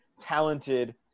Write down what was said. talented